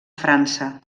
frança